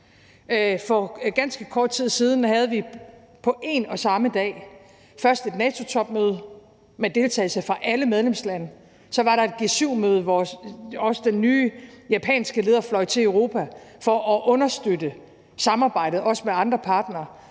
kort tid siden havde vi på en og samme dag først et NATO-topmøde med deltagelse fra alle medlemslande, så et G7-møde, hvor også den nye japanske leder fløj til Europa for at understøtte samarbejdet også med andre partnere,